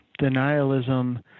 Denialism